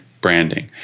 branding